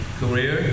career